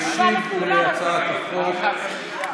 תודה רבה,